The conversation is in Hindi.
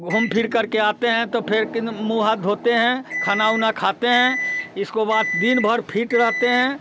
घूम फिरकर के आते हैं तो फिर कि न मुँह हाथ धोते हैं खाना उना खाते हैं इसको बाद दिन भर फिट रहते हैं